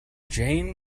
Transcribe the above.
jane